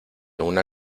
una